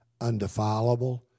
undefilable